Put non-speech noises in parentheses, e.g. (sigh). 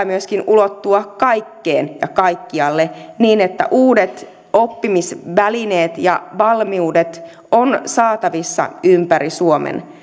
(unintelligible) myöskin ulottua kaikkeen ja kaikkialle niin että uudet oppimisvälineet ja valmiudet ovat saatavissa ympäri suomen